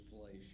place